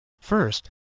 First